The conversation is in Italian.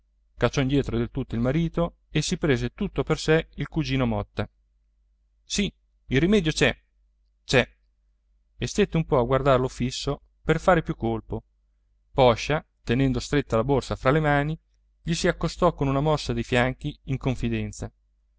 cacciò indietro del tutto il marito e si prese tutto per sé il cugino motta sì il rimedio c'è c'è e stette un po a guardarlo fisso per fare più colpo poscia tenendo stretta la borsa fra le mani gli si accostò con una mossa dei fianchi in confidenza